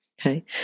Okay